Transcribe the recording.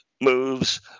moves